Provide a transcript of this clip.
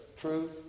truth